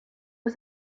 was